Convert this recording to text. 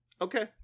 okay